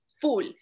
full